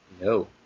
No